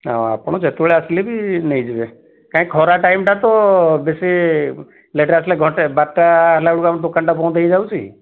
ଆଉ ଆପଣ ଯେତେବେଳେ ଆସିଲେ ବି ନେଇଯିବେ କାଇଁ ଖରା ଟାଇମ୍ଟା ତ ବେଶୀ ଲେଟ୍ରେ ଆସିଲେ ଘଣ୍ଟେ ବାରଟା ହେଲା ବେଳକୁ ଆମ ଦୋକାନଟା ବନ୍ଦ ହେଇଯାଉଛି